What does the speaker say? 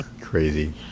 Crazy